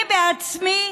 אני עצמי